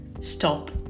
Stop